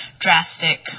drastic